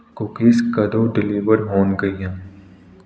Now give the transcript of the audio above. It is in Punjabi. ਕੂਕੀਜ਼ ਕਦੋ ਡਿਲੀਵਰ ਹੋਣਗੀਆਂ